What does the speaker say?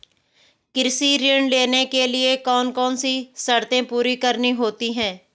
कृषि ऋण लेने के लिए कौन कौन सी शर्तें पूरी करनी होती हैं?